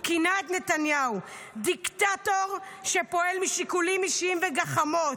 הוא כינה את נתניהו "דיקטטור --- שפועל משיקולים אישיים וגחמות".